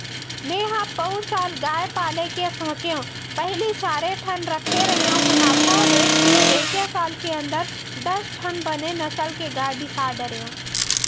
मेंहा पउर साल गाय पाले के सोचेंव पहिली चारे ठन रखे रेहेंव मुनाफा देख के एके साल के अंदर दस ठन बने नसल के गाय बिसा डरेंव